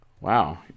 Wow